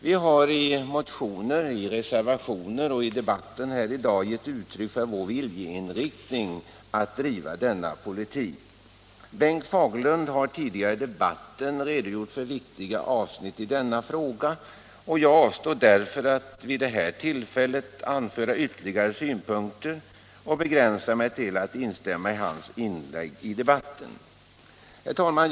Vi har i motioner, i reservationer och i debatten här i dag givit uttryck för vår vilja att driva denna politik. Bengt Fagerlund har tidigare i debatten redogjort för viktiga avsnitt i denna fråga. Jag avstår därför vid det här tillfället från att anföra ytterligare synpunkter och begränsar mig till att instämma i hans inlägg. Herr talman!